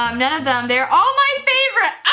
um none of them, they're all my favorite.